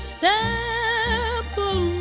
sample